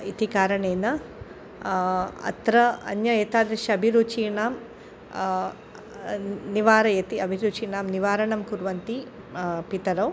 इति कारणेन अत्र अन्य एतादृश अभिरुचीन् निवारयति अभिरुचीणां निवारणं कुर्वन्ति पितरौ